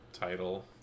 title